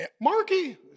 Marky